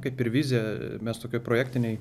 kaip ir vizija mes tokie projektiniai